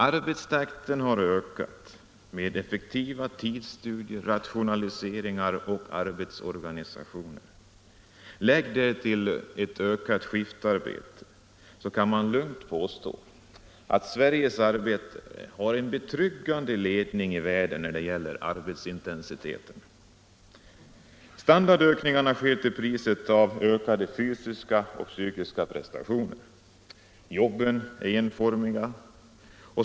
Arbetstakten har ökat med effektiva tidsstudier, rationaliseringar och arbetsorganisationer. Lägger man därtill ett ökat skiftarbete, så kan man lugnt påstå att Sveriges arbetare har en betryggande ledning i världen när det gäller arbetsintensitet. Standardökningarna sker till priset av ökade fysiska och psykiska prestationer. Jobben är enformiga.